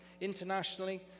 Internationally